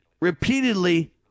repeatedly